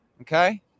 Okay